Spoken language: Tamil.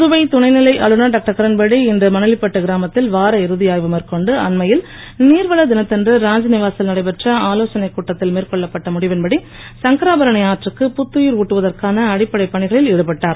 புதுவை துணைநிலை ஆளுநர் டாக்டர் கிரண்பேடி இன்று மணலிப்பட்டு இராமத்தில் வாரஇறுதி ஆய்வு மேற்கொண்டு அண்மையில் நீர்வள தினத்தன்று ராத்நிவாசில் நடைபெற்ற ஆலோசனைக் கூட்டத்தில் மேற்கொள்ளப்பட்ட முடிவின்படி சங்கராபரணி ஆற்றுக்கு புத்துயிர் ஊட்டுவதற்கான அடிப்படைப் பணிகளில் ஈடுபட்டார்